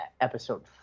episode